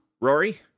rory